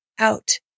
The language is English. out